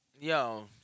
Yo